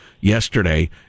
yesterday